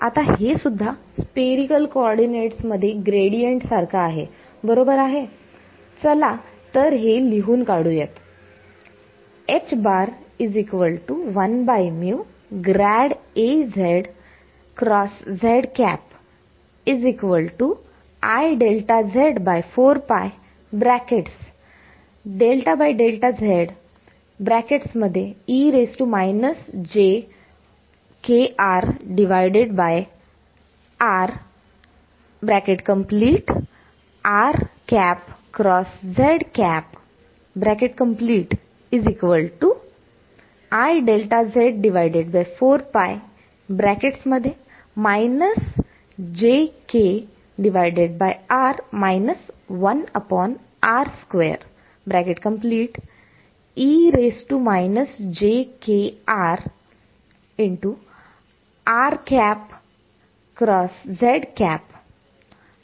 आता हेसुद्धा स्फेरीकल कॉर्डीनेट्समध्ये ग्रेडियंट सारखं आहे बरोबर आहे चला तर हे लिहून काढूयात